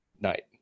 night